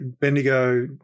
Bendigo